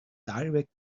direct